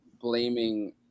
blaming